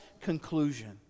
conclusion